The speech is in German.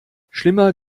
schlimmer